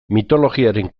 mitologiaren